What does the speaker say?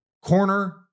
Corner